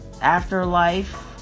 afterlife